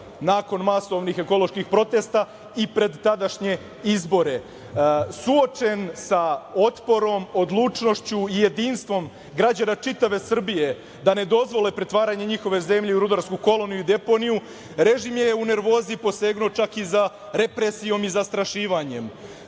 nakon masovnih ekoloških protesta i pred tadašnje izbore. Suočen sa otporom, odlučnošću i jedinstvom građana čitave Srbije da ne dozvole pretvaranje njihove zemlje u rudarsku koloniju i deponiju, režim je u nervozi posegnuo čak i za represijom i zastrašivanjem. Mi